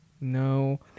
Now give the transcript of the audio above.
No